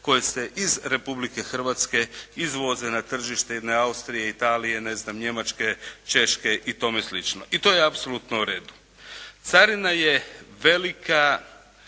koje se iz Republike Hrvatske izvoze na tržište jedne Austrije, Italije, ne znam Njemačke, Češke i tome slično i to je apsolutno u redu. Carina je velika